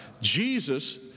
Jesus